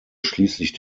schließlich